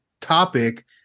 topic